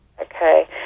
okay